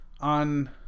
on